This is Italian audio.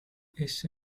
esso